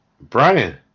Brian